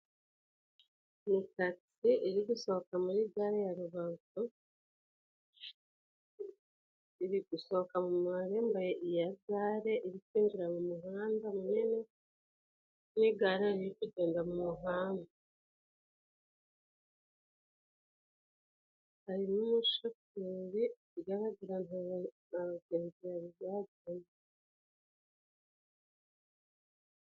Ni tagisi iri gusohoka muri gare ya Rubavu, iri gusohoka mu marembo ya gare iri kwinjira mu muhanda munini n'igare riri kugenda mu mahanda, harimo umushoferi ikigaragara nta bagenzi bari bajyamo.